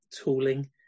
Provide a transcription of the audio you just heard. tooling